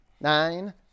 nine